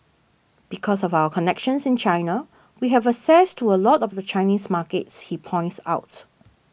because of our connections in China we have access to a lot of the Chinese markets he points out